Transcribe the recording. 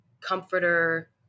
comforter